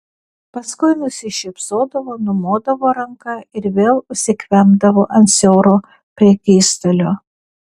paskui nusišypsodavo numodavo ranka ir vėl užsikvempdavo ant siauro prekystalio